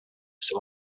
still